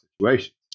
situations